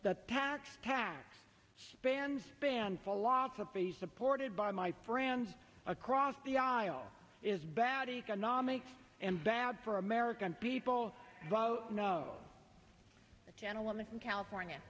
tax tax bands band philosophy supported by my friends across the aisle is bad economics and bad for american people vote no gentleman from california